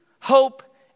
hope